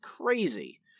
crazy